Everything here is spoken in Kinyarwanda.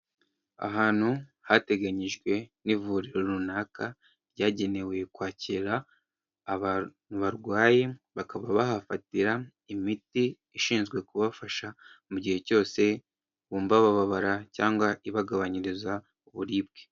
Ahantu hateganyijwe n'ivuriro runaka ryagenewe kwakira abantu barwaye, bakaba bahafatira imiti ishinzwe kubafasha mu gihe cyose bumva babara cyangwa ibagabanyiriza uburibwe.